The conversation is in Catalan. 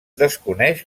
desconeix